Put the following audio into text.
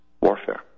warfare